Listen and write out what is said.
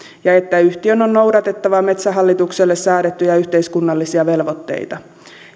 ja että yhtiön on noudatettava metsähallitukselle säädettyjä yhteiskunnallisia velvoitteita